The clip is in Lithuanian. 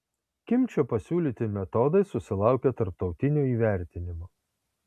kimčio pasiūlyti metodai susilaukė tarptautinio įvertinimo